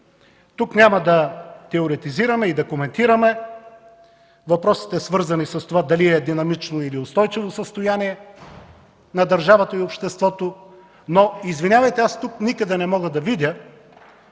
Тук няма да теоретизираме и да коментираме въпросите, свързани с това дали е динамично, или устойчиво състояние на държавата и обществото. Обаче, извинявайте, тук никъде не мога да видя